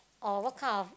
or what kind of